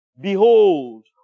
Behold